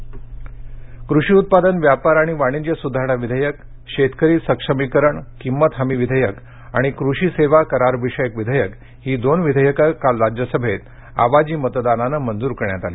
कृषी विधेयकं कृषी उत्पादन व्यापार आणि वाणिज्य सुधारणा विधेयक शेतकरी सक्षमीकरण किंमत हमी विधेयक आणि कृषी सेवा करारविषयक विधेयक ही दोन विधेयक काल राज्यसभेत आवाजी मतदानान मंजूर करण्यात आली